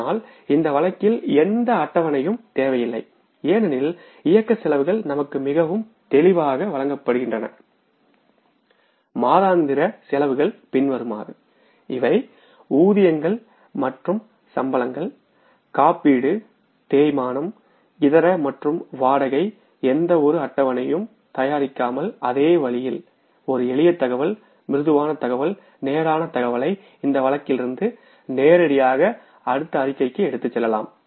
ஆனால் இந்த வழக்கில் எந்த அட்டவணையும் தேவையில்லை ஏனெனில் இயக்க செலவுகள் நமக்கு மிகவும் தெளிவாக வழங்கப்படுகின்றனமாதாந்திர செயல்பாட்டு செலவுகள் பின்வருமாறு ஊதியங்கள் மற்றும் கூலிகள் காப்பீடு தேய்மானம் இதர மற்றும் வாடகை எந்தவொரு அட்டவணையும் தயாரிக்காமல் அதே வழியில் ஒரு எளிய தகவல் மிருதுவான தகவல் நேரான தகவல்களை இந்த வழக்கிலிருந்து நேரடியாக அடுத்த அறிக்கைக்கு எடுத்துச் செல்லலாம்